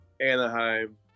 Anaheim